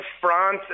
France